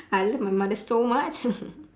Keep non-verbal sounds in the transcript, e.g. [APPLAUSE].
I love my mother so much [LAUGHS]